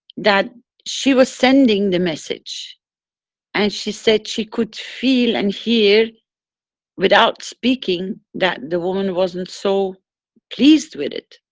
that she was sending the message and she said she could feel and hear without speaking that the woman wasn't so pleased with it.